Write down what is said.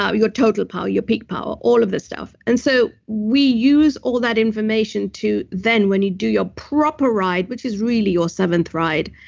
ah your total power, your peak power, all of this stuff and so we use all that information to then when you do your proper ride, which is really your seventh ride,